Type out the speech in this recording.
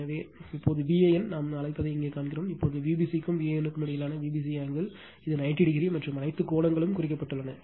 எனவே இப்போது Van நாம் அழைப்பதை இங்கே காண்கிறோம் மற்றும் Vbc க்கும் Van க்கும் இடையிலான Vbc ஆங்கிள் இது 90o மற்றும் அனைத்து கோணங்களும் குறிக்கப்பட்டுள்ளன